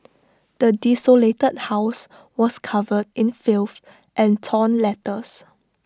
the desolated house was covered in filth and torn letters